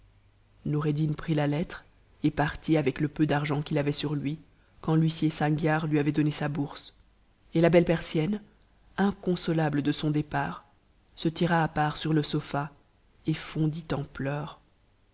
noureddin prit la lettre et partit avec le peu d'argent qu'il avait sur lui quand l'huissier sangiar lui avait donné sa bourse et la belle persienne inconsolable de son départ se tira à part sur le sofa et fondit